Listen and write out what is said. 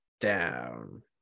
down